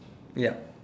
yup